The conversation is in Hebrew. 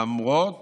למרות